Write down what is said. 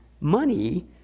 money